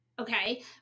okay